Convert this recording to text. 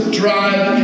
drive